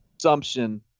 assumption